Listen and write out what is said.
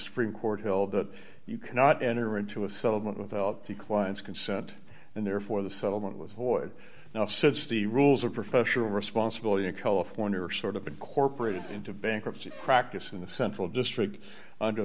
supreme court held that you cannot enter into a settlement without the client's consent and therefore the settlement was void now said steve rules of professional responsibility in california are sort of incorporated into bankruptcy practice in the central district under